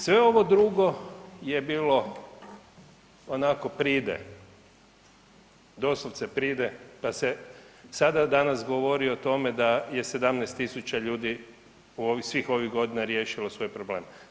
Sve ovo drugo je bilo onako pride, doslovce pride, da se sada, danas govori o tome da je 17 tisuća ljudi u ovih svih ovih godina riješilo svoj problem.